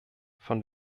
von